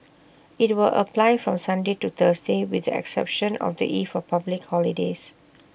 IT will apply from Sunday to Thursday with the exception of the eve of public holidays